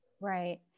Right